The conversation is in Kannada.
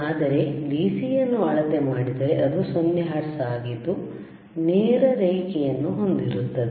ಆದರೆ DC ಅನ್ನು ಅಳತೆ ಮಾಡಿದರೆ ಅದು 0 ಹರ್ಟ್ಜ್ಆಗಿದ್ದು ನೇರ ರೇಖೆಯನ್ನು ಹೊಂದಿರುತ್ತದೆ